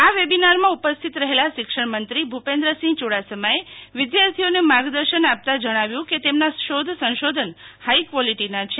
આ વેબિનારમાં ઉપસ્થિત રહેલા શિક્ષણ મંત્રી ભૂપેન્દ્રસિંહ ચુડાસમાએ વિદ્યાર્થીઓને માર્ગદર્શન આપતાં જણાવ્યું કે તેમના શોધ સંશોધન હાઈ ક્વોલિટીના છે